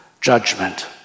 judgment